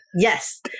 yes